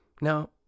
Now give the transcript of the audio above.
Now